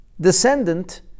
descendant